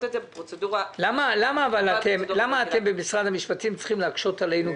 את זה בפרוצדורה --- למה אתם במשרד המשפטים צריכים להקשות עלינו,